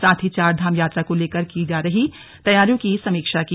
साथ ही चार धाम यात्रा को लेकर की जा रही तैयारियों की समीक्षा की